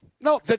No